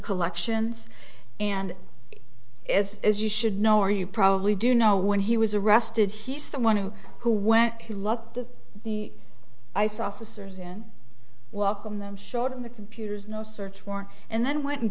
collections and is as you should know or you probably do know when he was arrested he's the one who who when he looked to the ice officers and welcome them showed him the computers no search warrant and then went and